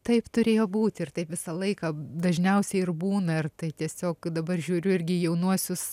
taip turėjo būti ir taip visą laiką dažniausiai ir būna ir tai tiesiog dabar žiūriu irgi jaunuosius